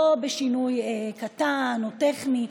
לא בשינוי קטן או טכני.